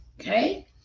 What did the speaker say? okay